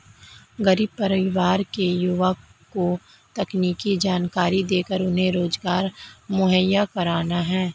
गरीब परिवार के युवा को तकनीकी जानकरी देकर उन्हें रोजगार मुहैया कराना है